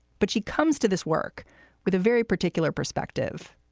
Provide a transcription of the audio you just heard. but she comes to this work with a very particular perspective.